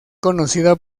conocida